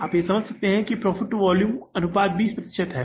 तो आप समझ सकते हैं कि यहां प्रॉफिट टू वॉल्यूम अनुपात 20 प्रतिशत है